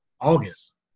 August